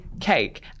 cake